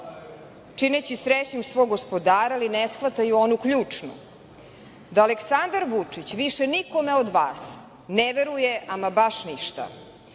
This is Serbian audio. čineći srećnim svog gospodara, ali ne shvataju onu ključnu, da Aleksandar Vučić više nikome od vas ne veruje ama baš ništa. Do